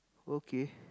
okay